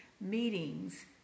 meetings